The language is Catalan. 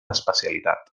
especialitat